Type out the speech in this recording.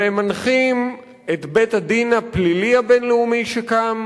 והם מנחים את בית-הדין הפלילי הבין-לאומי שקם,